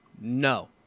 no